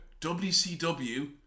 wcw